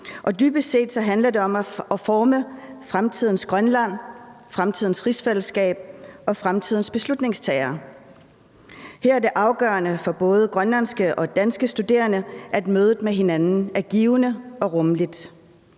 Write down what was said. Dybest set handler det om at forme fremtidens Grønland, fremtidens rigsfællesskab og fremtidens beslutningstagere. Her er det afgørende for både grønlandske og danske studerende, at mødet med hinanden er givende og rummeligt.